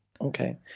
okay